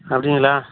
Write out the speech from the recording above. அப்படிங்களா